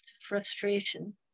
frustration